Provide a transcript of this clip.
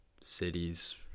cities